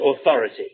authority